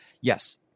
yes